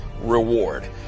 reward